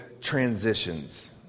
transitions